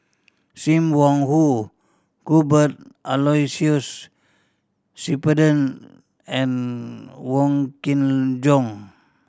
Sim Wong Hoo Cuthbert Aloysius Shepherdson and Wong Kin Jong